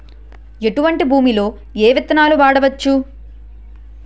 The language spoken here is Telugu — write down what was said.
ఎటువంటి భూమిలో ఏ విత్తనాలు వాడవచ్చు?